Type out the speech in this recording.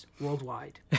worldwide